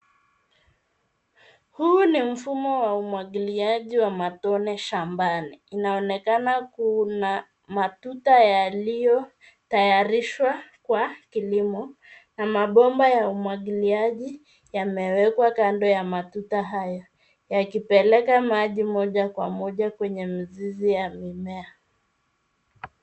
Huu ni mfumo wa umwagiliaji wa matone shambani, inaonekana kuna matuta yaliyotayarishwa kwa kilimo na mabomba ya umwagiliaji yamewekwa kando ya matuta hayo yakipeleka maji moja kwa moja kwenye mizizi ya mimea.